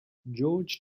george